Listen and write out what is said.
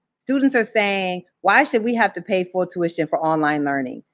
students are saying, why should we have to pay for tuition for online learning?